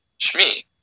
Shmi